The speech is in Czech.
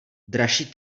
dražší